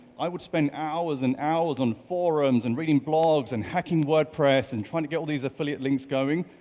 i would spend hours and hours on forums and reading blogs and hacking wordpress and trying to get all these affiliate links going,